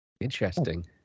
Interesting